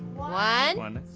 one,